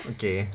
Okay